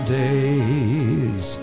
days